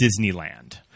Disneyland